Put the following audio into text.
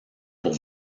pour